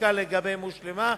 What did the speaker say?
שהחקיקה לגביהם הושלמה,